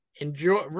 Enjoy